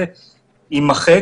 המידע הזה יימחק.